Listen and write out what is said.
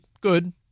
good